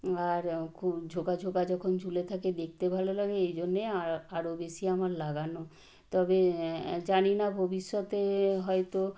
আর খুব ঝোঁকা ঝোঁকা যখন ঝুলে থাকে দেখতে ভালো লাগে এই জন্যেই আরও বেশি আমার লাগানো তবে জানি না ভবিষ্যতে হয়তো